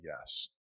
yes